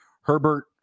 herbert